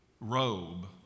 robe